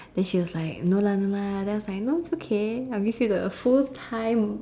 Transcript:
then she was like no lah no lah then I was like no it's okay I will give you the full time